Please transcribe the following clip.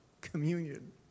communion